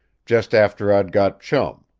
just after i'd got chum.